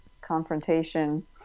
confrontation